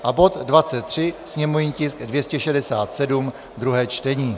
A bod 23, sněmovní tisk 267, druhé čtení.